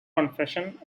confession